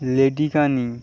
ledikeni